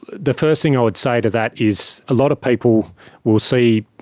the first thing i would say to that is a lot of people will see,